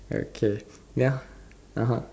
okay ya (uh huh)